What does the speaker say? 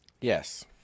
Yes